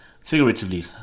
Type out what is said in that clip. figuratively